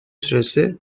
süresi